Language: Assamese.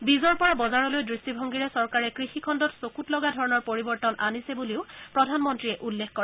বীজৰ পৰা বজাৰলৈ দৃষ্টিভংগীৰে চৰকাৰে কৃষি খণ্ডত চকৃত লগা ধৰণৰ পৰিৱৰ্তন আনিছে বুলিও প্ৰধানমন্ত্ৰীয়ে উল্লেখ কৰে